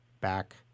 back